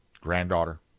granddaughter